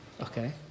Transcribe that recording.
Okay